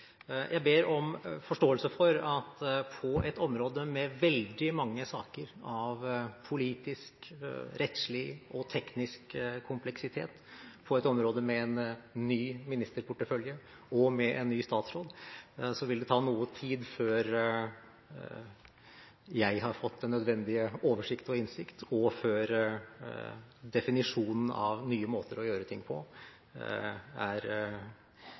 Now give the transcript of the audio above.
Jeg ber om forståelse for at det på et område med veldig mange saker av politisk, rettslig og teknisk kompleksitet, på et område med en ny ministerportefølje og med en ny statsråd, vil ta noe tid før jeg har fått den nødvendige oversikt og innsikt, og før definisjonen av nye måter å gjøre ting på er